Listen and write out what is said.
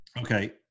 Okay